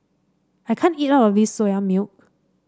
I can't eat all of this Soya Milk